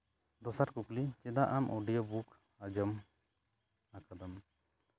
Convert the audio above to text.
ᱫᱚᱥᱟᱨ ᱠᱩᱠᱞᱤ ᱪᱮᱫᱟᱜ ᱟᱢ ᱚᱰᱤᱭᱳ ᱵᱩᱠ ᱟᱸᱡᱚᱢ ᱟᱠᱟᱫᱟᱢ